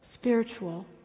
spiritual